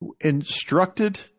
instructed